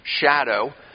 shadow